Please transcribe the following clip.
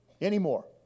anymore